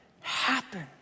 happen